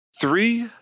Three